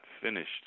finished